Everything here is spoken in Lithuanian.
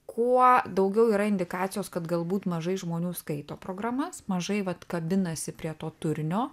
kuo daugiau yra indikacijos kad galbūt mažai žmonių skaito programas mažai vat kabinasi prie to turinio